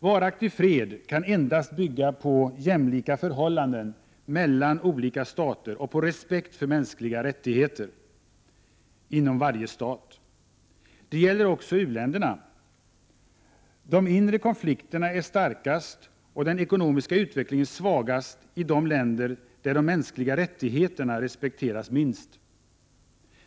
Varaktig fred kan endast bygga på jämlika förhållanden mellan olika stater och på respekt för mänskliga rättigheter inom varje stat. Det gäller också u-länderna. De inre konflikterna är starkast och den ekonomiska utvecklingen svagast i de länder där de mänskliga rättigheterna respekteras minst.